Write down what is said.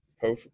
Hope